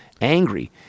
angry